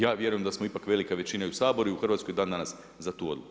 Ja vjerujem da smo ipak velika većina i u Saboru i Hrvatskoj dandanas za tu odluku.